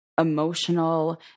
emotional